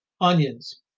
Onions